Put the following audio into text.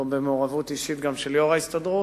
וגם במעורבות אישית של יושב-ראש ההסתדרות.